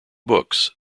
books